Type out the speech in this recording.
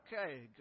Okay